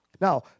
Now